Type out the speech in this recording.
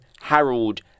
Harold